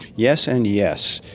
yes and yes.